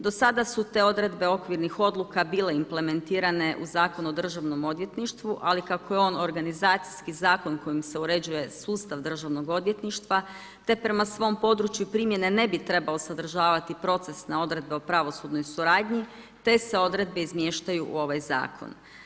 Do sada su te odredbe okvirnih odluka bile implementira u Zakon o Državnom odvjetništvu, ali kako je on organizacijski zakon, kojim se uređuje sustav državnog odvjetništva te prema svom području primjene ne bi trebao sadržavati procesne odredbe o pravosudnoj suradnji te se odredbe izvještaju u ovaj zakon.